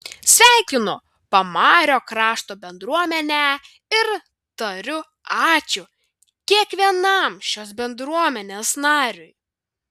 sveikinu pamario krašto bendruomenę ir tariu ačiū kiekvienam šios bendruomenės nariui